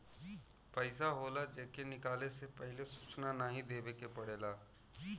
पइसा होला जे के निकाले से पहिले सूचना नाही देवे के पड़ेला